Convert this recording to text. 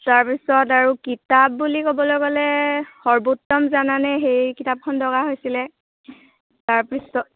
তাৰ পিছত আৰু কিতাপ বুলি ক'বলৈ গ'লে সৰ্বোত্তম জানানে সেই কিতাপখন দৰকাৰ হৈছিলে তাৰ পিছত